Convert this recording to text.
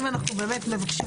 אם אנחנו באמת מבקשים,